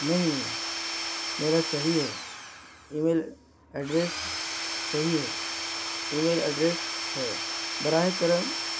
نہیں نہیں میرا صحیح ہے ای میل ایڈریس صحیح ہے ای میل ایڈریس ہے براہ کرم